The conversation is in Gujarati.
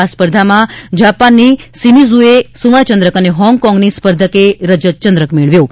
આ સ્પર્ધામાં જાપાનની સિમિઝુએ સુવર્ણચંદ્રક અને હોંગકોંગની સ્પર્ધકે રજતચંદ્રક મેળવ્યો હતો